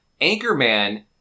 Anchorman